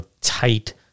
tight